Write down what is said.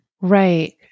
Right